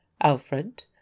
Alfred